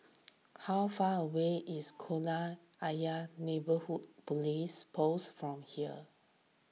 how far away is Kolam Ayer Neighbourhood Police Post from here